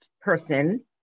person